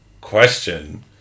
question